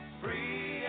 free